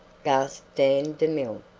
gasped dan demille,